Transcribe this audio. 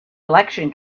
election